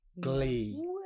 glee